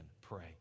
pray